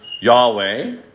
Yahweh